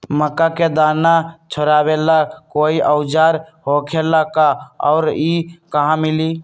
मक्का के दाना छोराबेला कोई औजार होखेला का और इ कहा मिली?